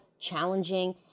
challenging